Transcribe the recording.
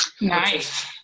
Nice